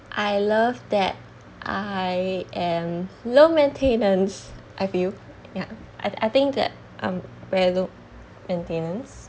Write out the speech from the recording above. I love that I am low maintenance I feel yeah I I think that um we're low maintenance